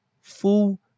full